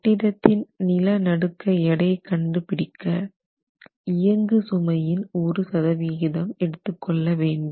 கட்டிடத்தின் நிலநடுக்க எடை கண்டுபிடிக்க இயங்கு சுமையின் ஒரு சதவீதம் எடுத்துக்கொள்ளவேண்டும்